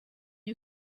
you